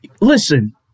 listen